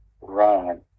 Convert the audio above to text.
run